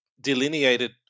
delineated